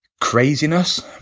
craziness